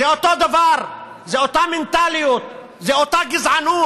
זה אותו דבר, זו אותה מנטליות, זו אותה גזענות,